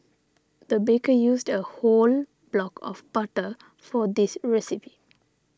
the baker used a whole block of butter for this recipe